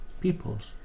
peoples